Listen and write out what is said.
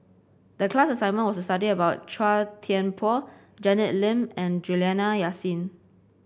the class assignment was to study about Chua Thian Poh Janet Lim and Juliana Yasin